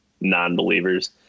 non-believers